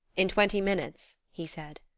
in twenty minutes, he said.